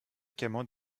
fréquemment